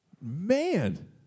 Man